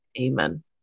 Amen